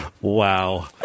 Wow